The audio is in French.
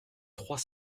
trois